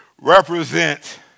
represent